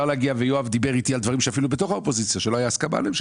יואב דיבר איתי על דברים שאפילו בתוך האופוזיציה לא הייתה הסכמה עליהם,